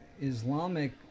Islamic